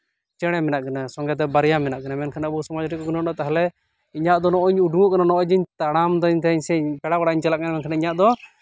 ᱪᱮᱬᱮ ᱢᱮᱱᱟᱜ ᱠᱤᱱᱟ ᱥᱚᱸᱜᱮ ᱛᱮ ᱵᱟᱨᱭᱟ ᱢᱮᱱᱟᱜ ᱠᱤᱱᱟ ᱢᱮᱱᱠᱷᱟᱡ ᱟᱵᱚ ᱥᱚᱢᱟᱡᱽ ᱨᱮᱠᱚ ᱜᱩᱱᱟᱹᱱᱚᱜᱼᱟ ᱛᱟᱦᱞᱮ ᱤᱧᱟᱜ ᱫᱚ ᱱᱚᱜᱼᱚᱭ ᱤᱧ ᱩᱰᱩᱠᱚᱜ ᱠᱟᱱᱟ ᱱᱚᱜᱼᱚᱭ ᱡᱮ ᱛᱟᱲᱟᱢ ᱫᱟᱹᱧ ᱥᱮ ᱫᱟᱲᱟ ᱵᱟᱲᱟᱧ ᱪᱟᱞᱟᱜ ᱠᱟᱱᱟ ᱢᱮᱱᱠᱷᱟᱱ ᱤᱧᱟᱹᱜ ᱫᱚ